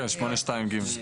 כן, 8(2)(ג).